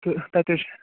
تہٕ تَتہِ حظ چھِ